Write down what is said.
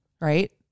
right